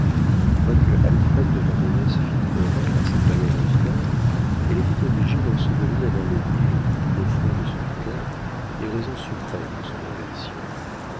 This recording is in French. quoique alfred de vandenesse fît horreur à cette malheureuse mère elle était obligée d'ensevelir dans le pli le plus profond de son cœur les raisons suprêmes de son aversion